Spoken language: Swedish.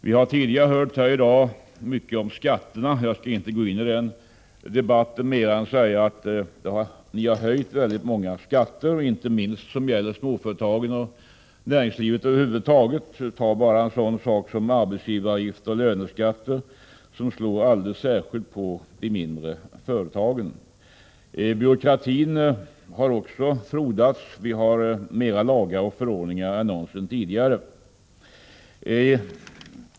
Skatterna har debatterats mycket tidigare i dag, och jag skall inte gå in på den debatten mera än att jag pekar på att ni har höjt väldigt många skatter, inte minst sådana som drabbar småföretagen och näringslivet över huvud taget. Tag bara en sådan sak som arbetsgivaravgifter och löneskatter, som alldeles särskilt hårt drabbar de mindre företagen. Byråkratin har också frodats. Vi har i dag flera lagar och förordningar än någonsin tidigare.